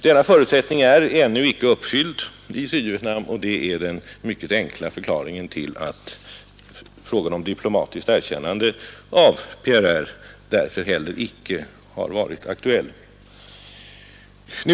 Denna förutsättning är ännu icke uppfylld i Sydvietnam, och det är den enkla förklaringen till att frågan om diplomatiskt erkännande av PRR icke har varit aktuell.